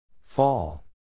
Fall